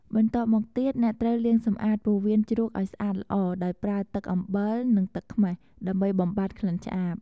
បន្ទាប់មកទៀត អ្នកត្រូវលាងសម្អាតពោះវៀនជ្រូកឱ្យស្អាតល្អ ដោយប្រើទឹក អំបិល និងទឹកខ្មេះ ដើម្បីបំបាត់ក្លិនឆ្អាប។